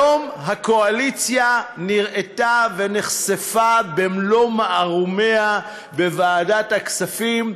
היום הקואליציה נראתה ונחשפה במלוא מערומיה בוועדת הכספים,